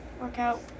workout